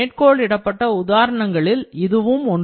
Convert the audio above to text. மேற்கோள் இடப்பட்ட உதாரணங்களில் இதுவும் ஒன்று